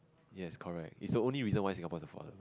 yes correct is the only reason why Singapore is afforded